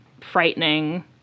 frightening